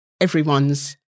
everyone's